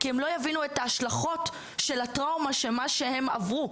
כי הם לא יבינו את ההשלכות של הטראומה שמה שהם עברו,